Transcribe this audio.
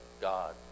God